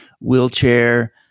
wheelchair